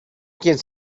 quien